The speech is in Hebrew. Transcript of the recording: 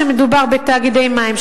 מכיוון שמדובר בתאגידי מים,